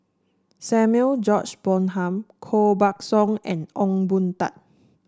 Samuel George Bonham Koh Buck Song and Ong Boon Tat